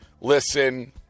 listen